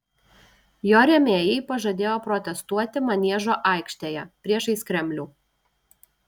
jo rėmėjai pažadėjo protestuoti maniežo aikštėje priešais kremlių